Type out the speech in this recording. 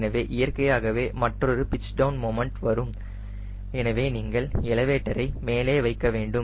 எனவே இயற்கையாகவே மற்றொரு பிட்ச் டவுன் மொமன்ட் வரும் எனவே நீங்கள் எலவேட்டரை மேலே வைக்க வேண்டும்